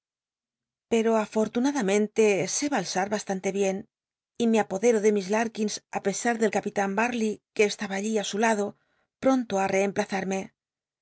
pero afortunadamente sé valsar bastante bien y me apodero de miss larkins á pesar del capitan darlcy que estaba allí á su lado pronto i reemplazarme